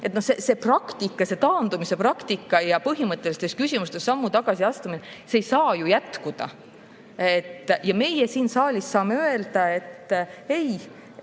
See praktika, see taandumise praktika ja põhimõttelistes küsimustes sammu tagasi astumine ei saa ju jätkuda. Meie siin saalis saame öelda, et ei,